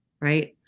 right